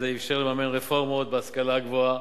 זה אפשר לממן רפורמות בהשכלה הגבוהה,